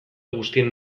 guztien